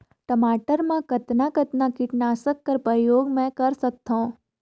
टमाटर म कतना कतना कीटनाशक कर प्रयोग मै कर सकथव?